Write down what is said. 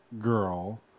girl